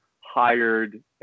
hired